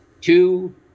Two